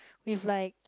with like